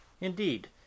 indeed